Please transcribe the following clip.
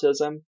autism